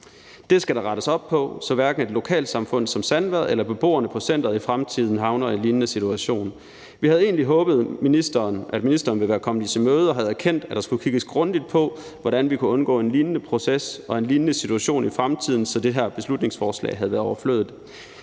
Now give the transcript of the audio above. Det skal der rettes op på, så hverken et lokalsamfund som Sandvad eller beboerne på centeret i fremtiden havner i en lignende situation. Vi havde egentlig håbet, at ministeren ville være kommet os i møde og havde erkendt, at der skulle kigges grundigt på, hvordan vi kunne undgå en lignende proces og en lignende situation i fremtiden, så det her beslutningsforslag havde været overflødigt.